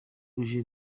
uje